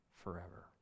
forever